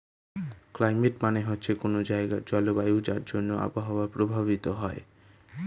climate মানে হচ্ছে কোনো জায়গার জলবায়ু যার জন্যে আবহাওয়া প্রভাবিত হয়